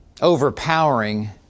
overpowering